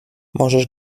możesz